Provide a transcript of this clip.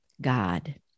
God